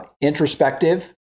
introspective